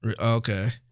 Okay